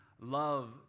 love